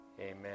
Amen